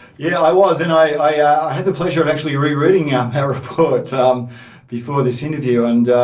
yeah i was and i i had the pleasure of actually re-reading ah that report so um before this interview and,